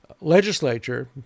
legislature